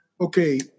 okay